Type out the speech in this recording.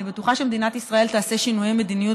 אני בטוחה שמדינת ישראל תעשה שינויי מדיניות